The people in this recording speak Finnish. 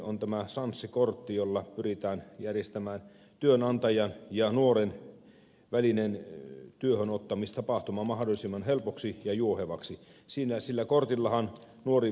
on tämä sanssi kortti jolla pyritään järjestämään työnantajan ja nuoren välinen työhönottamistapahtuma mahdollisimman helpoksi ja juohevaksi